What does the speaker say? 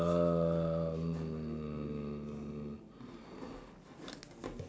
um